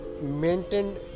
maintained